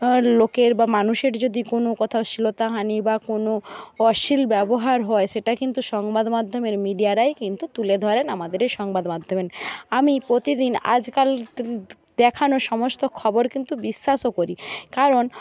লোকের বা মানুষের যদি কোনো কোথাও শ্লীলতাহানি বা কোনো অশ্লীল ব্যবহার হয় সেটা কিন্তু সংবাদ মাধ্যমের মিডিয়ারাই কিন্তু তুলে ধরেন আমাদের এই সংবাদ মাধ্যমে আমি প্রতিদিন আজ কাল দেখানো সমস্ত খবর কিন্তু বিশ্বাসও করি কারণ